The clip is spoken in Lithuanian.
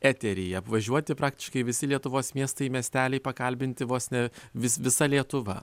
eteryje apvažiuoti praktiškai visi lietuvos miestai miesteliai pakalbinti vos ne vis visa lietuva